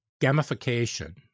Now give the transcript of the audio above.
gamification